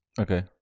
Okay